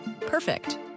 Perfect